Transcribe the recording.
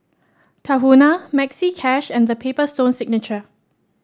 Tahuna Maxi Cash and The Paper Stone Signature